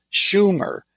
Schumer